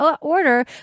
order